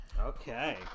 Okay